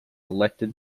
elected